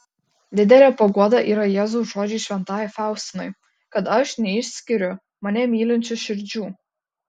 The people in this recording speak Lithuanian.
didelė paguoda yra jėzaus žodžiai šventajai faustinai kad aš neišskiriu mane mylinčių širdžių